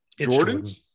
Jordans